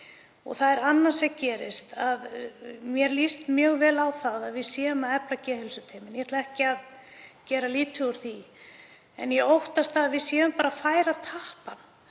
Það er annað sem gerist. Mér líst mjög vel á að við séum að efla geðheilsuteymin, ég ætla ekki að gera lítið úr því. En ég óttast að við séum bara að færa tappann